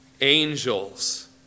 angels